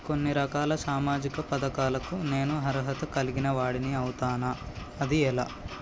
కొన్ని రకాల సామాజిక పథకాలకు నేను అర్హత కలిగిన వాడిని అవుతానా? అది ఎలా?